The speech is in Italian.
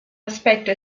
aspetto